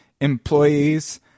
employees